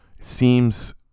seems